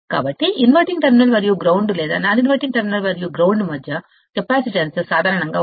కాబట్టిఇన్వర్టింగ్ terminal మరియు ground లేదా non inverting terminal మరియు గ్రౌండ్ మధ్య కెపాసిటెన్స్ సాధారణంగా 1